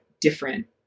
different